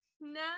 No